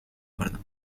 worden